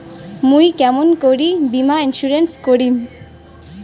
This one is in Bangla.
মুই কেমন করি বীমা ইন্সুরেন্স করিম?